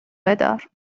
بدار